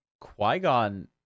Qui-Gon